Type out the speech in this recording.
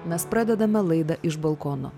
mes pradedame laidą iš balkono